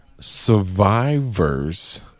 survivors